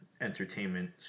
entertainment